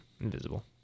invisible